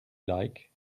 like